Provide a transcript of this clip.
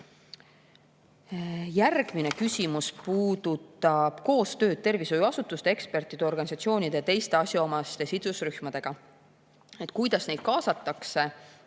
Järgmine küsimus puudutab koostööd tervishoiuasutuste, ekspertide, organisatsioonide ja teiste asjaomaste sidusrühmadega. Kuidas neid kaasatakse?